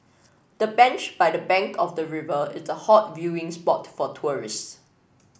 the bench by the bank of the river is a hot viewing spot for tourists